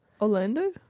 Orlando